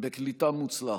בקליטה מוצלחת.